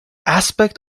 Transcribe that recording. aspect